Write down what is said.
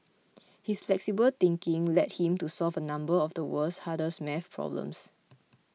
his flexible thinking led him to solve a number of the world's hardest math problems